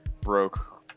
broke